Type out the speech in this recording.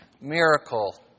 miracle